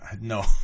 No